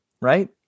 right